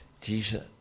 Jesus